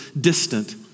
distant